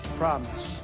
promise